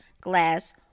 glass